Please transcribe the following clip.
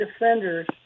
defenders